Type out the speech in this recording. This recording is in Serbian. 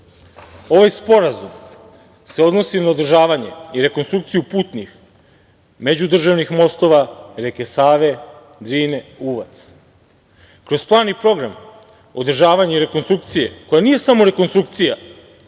sporazum se odnosi na održavanje i rekonstrukciju putnih međudržavnih mostova reke Save, Drine, Uvac. Kroz plan i program, održavanje rekonstrukcije, koja nije samo rekonstrukcija,